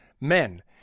men